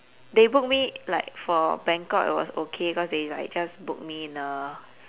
they book me like for bangkok it was okay cause they like just book me in a